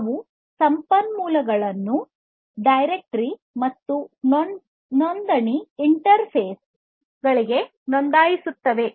ಅವು ಸಂಪನ್ಮೂಲಗಳನ್ನು ಡೈರೆಕ್ಟರಿ ಮತ್ತು ನೋಂದಣಿ ಇಂಟರ್ಫೇಸ್ ಗೆ ನೋಂದಾಯಿಸುತ್ತವೆ